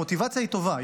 המוטיבציה היא טובה,